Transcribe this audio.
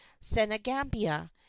Senegambia